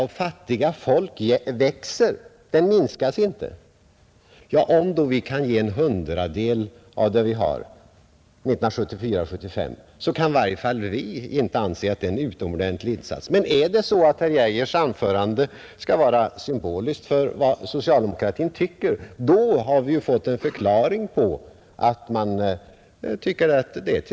Om Sverige 1974/75 kan ge en hundradel av vad landet producerar, kan i varje fall inte vi inom folkpartiet anse detta vara en utomordentlig insats. Men om herr Geijers anförande skall vara symboliskt för socialdemokratins uppfattning, är det ju en förklaring till varför man i utskottet varit så förnöjt.